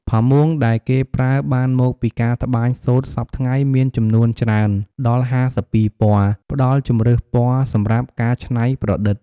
ផាមួងដែលគេប្រើបានមកពីការត្បាញសូត្រសព្វថ្ងៃមានចំនួនច្រើន ដល់៥២ពណ៌ ផ្តល់ជម្រើសពណ៌សម្រាប់ការច្នៃប្រឌិត។